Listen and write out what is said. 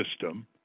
system